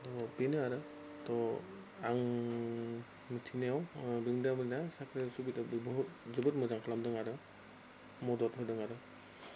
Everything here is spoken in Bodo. त' बेनो आरो त' आं मिथिनायाव बिरोंदामिना साख्रियाव सुबिदा गोबां जोबोद मोजां खालामदों आरो मदद होदों आरो